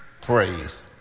Praise